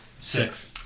six